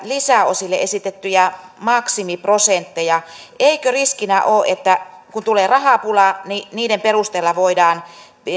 lisäosille esitettyjä maksimiprosentteja eikö riskinä ole että kun tulee rahapula niin niiden perusteella voidaan